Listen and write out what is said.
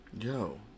Yo